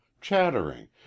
chattering